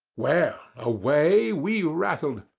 well, away we rattled,